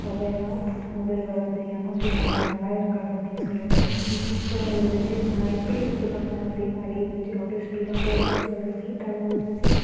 மொபைல்லாம் புது மொபைல் வர்றது ஏமாத்திடுவாங்க நல்லா இருக்காது அப்படினு சொல்லிட்டு ஆனால் அது சூப்பராக இருந்திச்சு நான் எப்படி எக்ஸ்பெக்ட் பண்ணனோ அதேமாதிரியே இருந்திச்சு அவ்வளோ ஸ்பீடாகவும் இருந்திச்சு அவ்வளோ நீட்டாகவும் இருந்துச்சு